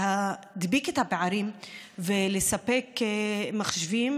להדביק את הפערים ולספק מחשבים,